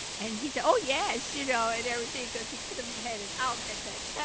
and he said, oh, yes, you know, and everything cause he could have headed out at that